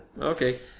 okay